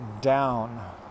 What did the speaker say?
down